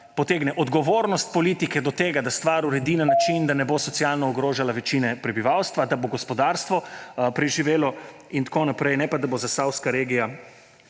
potegne odgovornost politike do tega, da stvar uredi na način, da ne bo socialno ogrožala večine prebivalstva, da bo gospodarstvo preživelo in tako naprej. Ne pa da bo zasavska regija